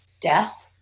death